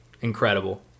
incredible